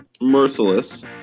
merciless